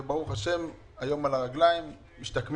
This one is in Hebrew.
וברוך השם הם היום על הרגליים ומשתקמים.